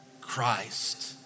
Christ